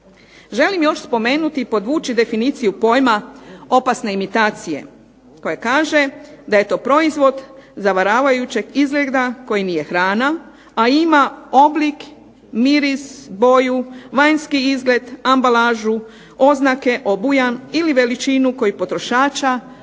Želim još spomenuti i podvući definiciju pojma opasne imitacije koja kaže da je to proizvod zavaravajućeg izgleda koji nije hrana, a ima oblik, miris, boju, vanjski izgled, ambalažu, oznake, obujam ili veličinu koji potrošača